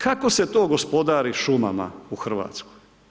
Kako se to gospodari šumama u Hrvatskoj?